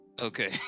Okay